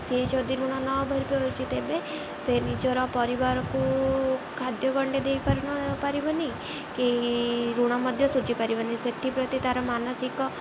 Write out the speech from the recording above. ସେ ଯଦି ଋଣ ନେଇପାରୁଛି ତେବେ ସେ ନିଜର ପରିବାରକୁ ଖାଦ୍ୟ ଗଣ୍ଡେ ଦେଇ ପାରିବନି କି ଋଣ ମଧ୍ୟ ସୁୁଝିପାରିବନି ସେଥିପ୍ରତି ତାର ମାନସିକ